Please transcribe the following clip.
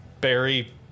Barry